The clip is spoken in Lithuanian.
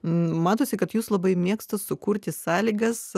matosi kad jūs labai mėgsta sukurti sąlygas